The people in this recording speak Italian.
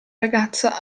ragazza